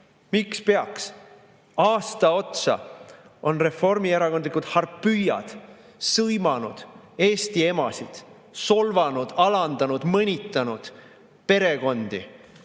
Miks peaks? Aasta otsa on reformierakondlikud harpüiad sõimanud Eesti emasid, solvanud, alandanud, mõnitanud perekondi.